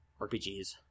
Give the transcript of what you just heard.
rpgs